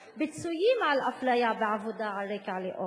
פיצויים על אפליה בעבודה על רקע לאום,